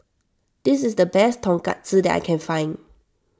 this is the best Tonkatsu that I can find